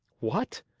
what!